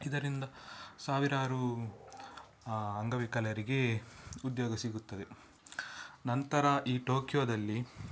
ಇದರಿಂದ ಸಾವಿರಾರು ಅಂಗವಿಕಲರಿಗೆ ಉದ್ಯೋಗ ಸಿಗುತ್ತದೆ ನಂತರ ಈ ಟೋಕ್ಯೋದಲ್ಲಿ